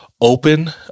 Open